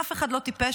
אף אחד לא טיפש.